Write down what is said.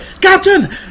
Captain